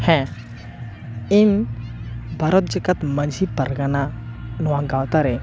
ᱦᱮᱸ ᱤᱧ ᱵᱷᱟᱨᱚᱛ ᱡᱟᱠᱟᱛ ᱢᱟᱹᱡᱷᱤ ᱯᱟᱨᱜᱟᱱᱟ ᱱᱚᱣᱟ ᱜᱟᱶᱛᱟ ᱨᱮ